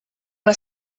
una